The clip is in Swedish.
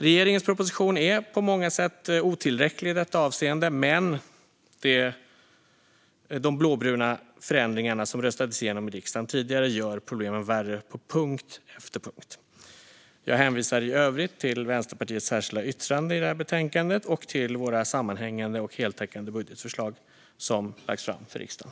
Regeringens proposition är på många sätt otillräcklig i detta avseende, men de blåbruna förändringar som röstades igenom i riksdagen gör problemen värre på punkt efter punkt. Jag hänvisar i övrigt till Vänsterpartiets särskilda yttrande i betänkandet och till vårt sammanhängande och heltäckande budgetförslag, som lagts fram för riksdagen.